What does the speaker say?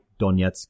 Donetsk